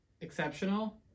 exceptional